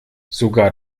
sogar